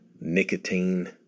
nicotine